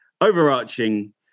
overarching